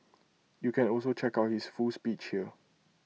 you can also check out his full speech here